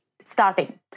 starting